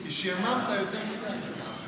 כי שיעממת יותר מדי.